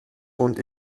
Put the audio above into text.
und